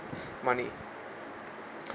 money